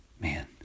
man